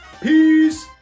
Peace